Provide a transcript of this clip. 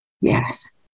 yes